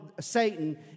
Satan